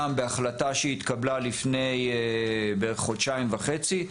גם בהחלטה שהתקבלה לפני בערך חודשיים וחצי,